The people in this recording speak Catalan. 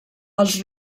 els